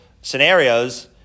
scenarios